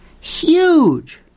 Huge